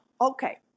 Okay